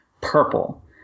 Purple